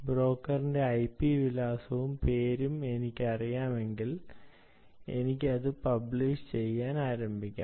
ബ്രോക്കറുടെ IP വിലാസവും പേരും എനിക്കറിയാമെങ്കിൽ എനിക്ക് അത് പബ്ലിഷ് ചെയ്യാൻ ആരംഭിക്കാം